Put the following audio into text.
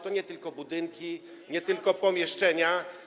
To nie tylko budynki, nie tylko pomieszczenia.